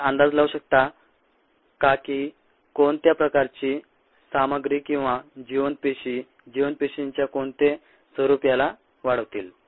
आपण अंदाज लावू शकता का की कोणत्या प्रकारची सामग्री किंवा जिवंत पेशी जिवंत पेशींचे कोणते स्वरूप याला वाढवतील